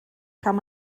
kann